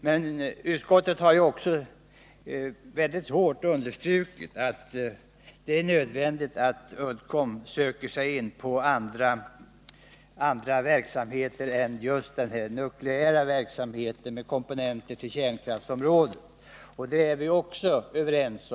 Men utskottet har också mycket starkt understrukit att det blir nödvändigt för Uddcomb att söka sig in på andra verksamhetsområden än just det nukleära och att omstrukturera verksamhetsinriktningen till andra produkter än kärnkraftskomponenter. Också om detta är vi överens.